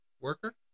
worker